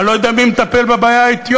אני לא יודע מי מטפל בבעיה האתיופית.